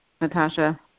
Natasha